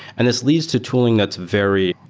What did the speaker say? and this leads to tooling that's very,